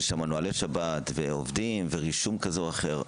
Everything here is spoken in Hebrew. יש שם נהלי שבת ועובדים ורישום כזה או אחר,